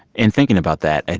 in thinking about that,